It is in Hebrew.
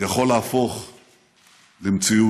יכול להפוך למציאות.